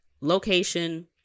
location